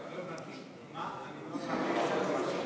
לא הבנתי.